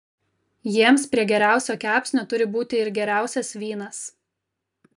jiems prie geriausio kepsnio turi būti ir geriausias vynas